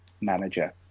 manager